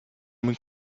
muy